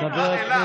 לא, לא.